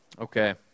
Okay